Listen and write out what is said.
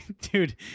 Dude